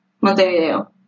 Montevideo